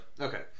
Okay